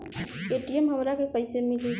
ATM हमरा के कइसे मिली?